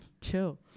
Chill